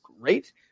great